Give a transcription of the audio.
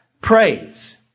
praise